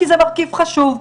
כי זה מרכיב חשוב.